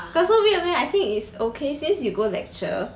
got so weird meh I think it's okay since you go lecture